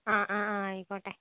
ആ ആ ആ ആയിക്കോട്ടെ